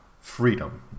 freedom